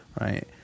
Right